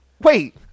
Wait